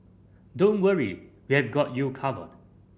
don't worry we've got you covered